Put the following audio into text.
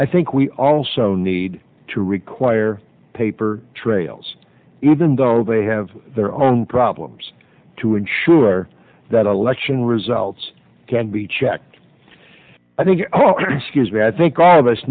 i think we also need to require paper trails even though they have their own problems to ensure that election results can be checked i think oh scuse me i think all of us